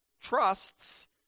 trusts